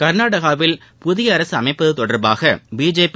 கர்நாடகாவில் புதிய அரசு அமைப்பது தொடர்பாக பிஜேபி